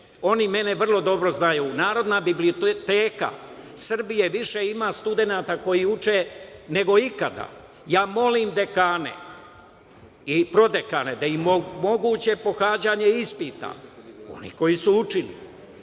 oni mene vrlo dobro znaju. Narodna biblioteka Srbije više ima studenata koji uče nego ikada. Ja molim dekane i prodekane da im omoguće pohađanje ispita, onima koji su učili.